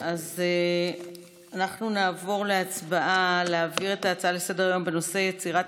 אז אנחנו נעבור להצבעה להעביר את ההצעה לסדר-היום בנושא: יצירת